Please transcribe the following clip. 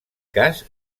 cas